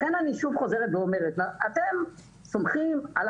לכן אני שוב חוזרת ואומרת שאתם סומכים על